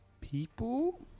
people